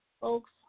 folks